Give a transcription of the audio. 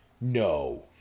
No